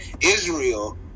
israel